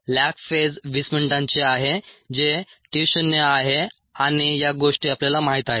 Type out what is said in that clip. lag phase 20 मिनिटांची आहे जे t शून्य आहे आणि या गोष्टी आपल्याला माहित आहेत